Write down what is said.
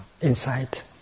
insight